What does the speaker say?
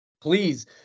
Please